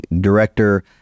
director